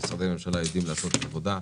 משרדי הממשלה יודעים לעשות את העבודה.